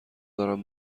دارن